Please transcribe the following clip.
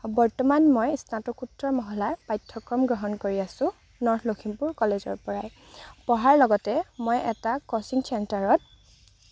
বৰ্তমান মই স্নাতকোত্তৰ মহলাৰ পাঠ্যক্ৰম গ্ৰহণ কৰি আছো নৰ্থ লক্ষীমপুৰ কলেজৰ পৰাই পঢ়াৰ লগতে মই এটা কছিং চেণ্টাৰত